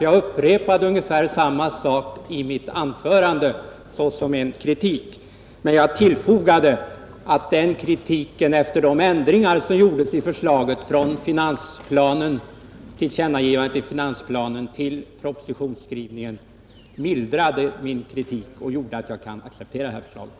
Jag upprepade ungefär samma sak i mitt anförande såsom kritik, men jag tillfogade att den kritiken efter de ändringar som gjordes från det i finansplanen tillkännagivna förslaget till propositionsskrivningen mildrade min kritik och gjorde att jag kan acceptera det här förslaget.